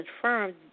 confirmed